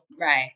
right